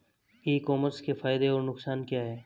ई commerce के फायदे और नुकसान क्या हैं?